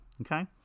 Okay